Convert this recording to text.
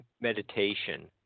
meditation